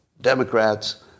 Democrats